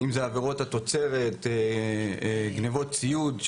אם זה עבירות התוצרת, גניבות הציוד,